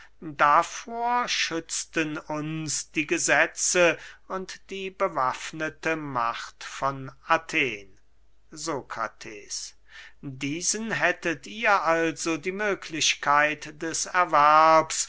davor schützten uns die gesetze und die bewaffnete macht von athen sokrates diesen hättet ihr also die möglichkeit des erwerbs